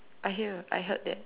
I hear I heard that